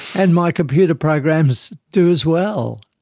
and my computer programs do as well.